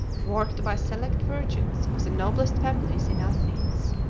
worked by select virgins of the noblest families in athens.